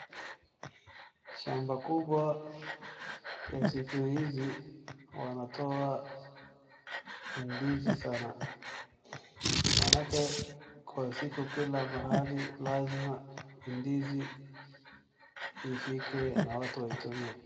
Shamba kubwa ya siku hizi wanatoa ndizi sana. Maanake kwa siku kila mahali lazima ndizi ifike na watu waitumie.